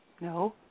No